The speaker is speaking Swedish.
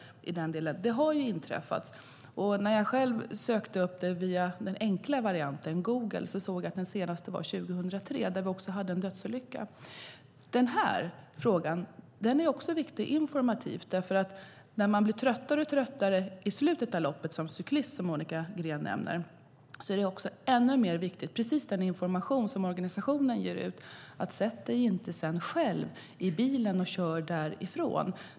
Det har dock skett. När jag googlade på det såg jag att den senaste inträffade 2003, och det var en dödsolycka. Denna fråga är också viktig informativt. Mot slutet av loppet blir man som cyklist tröttare och tröttare, vilket Monica Green nämnde, och då är det viktigt att man som arrangörerna informerar om inte sätter sig i bilen och kör därifrån.